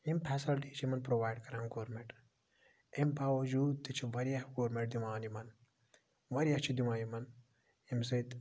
یِم پھیسَلٹی چھِ یِوان پرووایڈ کَران گورمنٹ امہ باوَجود تہِ چھ واریاہ گورمنٹ دِوان یِمَن واریاہ چھِ دِوان یِمَن ییٚمہِ سۭتۍ